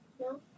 No